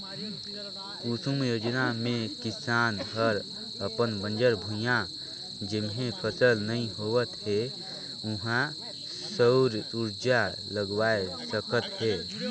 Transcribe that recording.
कुसुम योजना मे किसान हर अपन बंजर भुइयां जेम्हे फसल नइ होवत हे उहां सउर उरजा लगवाये सकत हे